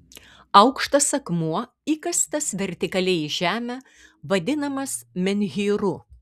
aukštas akmuo įkastas vertikaliai į žemę vadinamas menhyru